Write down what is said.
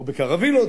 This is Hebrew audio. או בקרווילות,